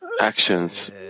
actions